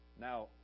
Now